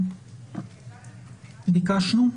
שביקשנו?